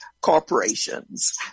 corporations